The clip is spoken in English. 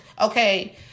Okay